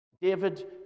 David